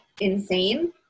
insane